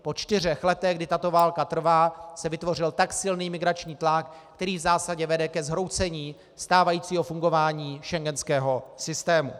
Po čtyřech letech, kdy tato válka trvá, se vytvořil tak silný migrační tlak, který v zásadě vede ke zhroucení stávajícího fungování schengenského systému.